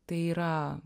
tai yra